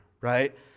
right